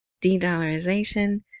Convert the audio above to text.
de-dollarization